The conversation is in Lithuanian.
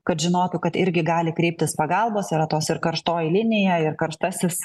kad žinotų kad irgi gali kreiptis pagalbos yra tos ir karštoji linija ir karštasis